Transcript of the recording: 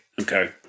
Okay